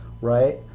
Right